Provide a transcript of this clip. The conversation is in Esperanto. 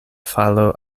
falo